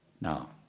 Now